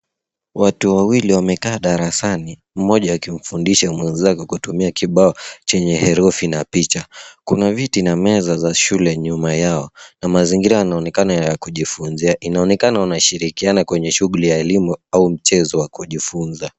Watu wawili wamekaa darasani mmoja akimfundisha mwenzake kutumia kibao chenye herufi na picha. Kuna viti na meza za shule nyuma yaona mazingira yanaonekana ya kujifunzia. Inaonekana wanashirikiana kwenye shughuli ya elimu au mchezo wa kujifunza.